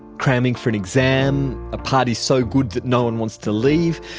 cramming for an exam, a party so good that no one wants to leave,